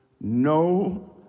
No